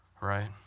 Right